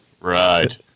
Right